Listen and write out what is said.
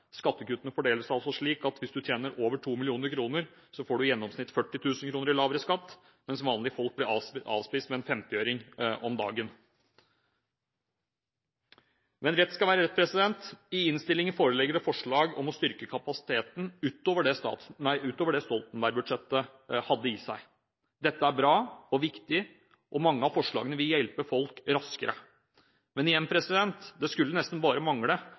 Skattekuttene fordeler seg slik at hvis du tjener over 2 mill. kr, får du i gjennomsnitt 40 000 kr lavere skatt, mens vanlige folk blir avspist med en 50-øring om dagen. Men rett skal være rett. I innstillingen foreligger det forslag om å styrke kapasiteten utover det Stoltenberg-budsjettet hadde i seg. Det er bra og viktig, og mange av forslagene vil hjelpe folk raskere. Men igjen, det skulle nesten bare mangle